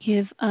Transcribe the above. Give